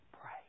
pray